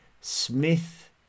Smith